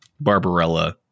Barbarella